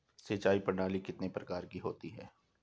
सिंचाई प्रणाली कितने प्रकार की होती हैं?